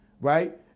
right